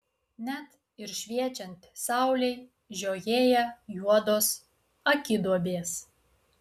net ir šviečiant saulei žiojėja juodos akiduobės